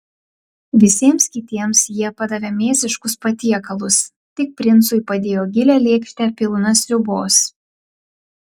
visiems kitiems jie padavė mėsiškus patiekalus tik princui padėjo gilią lėkštę pilną sriubos